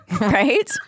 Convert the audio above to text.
Right